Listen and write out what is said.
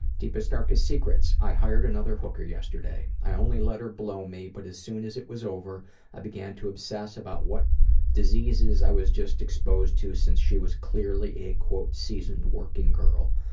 deepest darkest secrets i hired another hooker yesterday. i only let her blow me, but as soon as it was over i began to obsess about what diseases i was just exposed to since she was clearly a seasoned working girl.